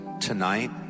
tonight